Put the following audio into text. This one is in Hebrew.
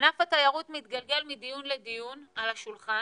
ענף התיירות מתגלגל מדיון לדיון על השולחן